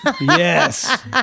Yes